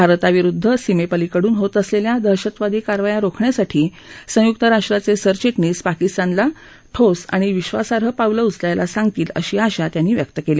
भारताविरुद्ध सीमाज्ञीकडून होत असलख्या दहशतवादी कारवाया रोखण्यासाठी संयुक राष्ट्राचसिरचिटणीस पाकिस्तानला ठोस आणि विश्वासार्द पावल उचलायला सांगतील अशी आशा रविश कुमार यांनी व्यक्त कळी